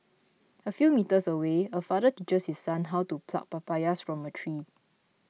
a few metres away a father teaches his son how to pluck papayas from a tree